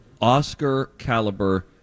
Oscar-caliber